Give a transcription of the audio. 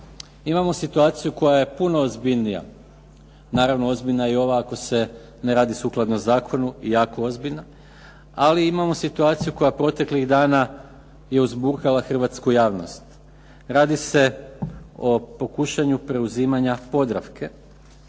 Imamo situaciju koja je puno ozbiljnija. Naravno, ozbiljna je i ova ako se ne radi sukladno zakonu i jako ozbiljna. Ali imamo situaciju koja proteklih dana je uzburkala hrvatsku javnost. Radi se o pokušaju preuzimanja Podravke